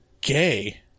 gay